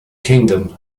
kingdom